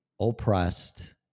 oppressed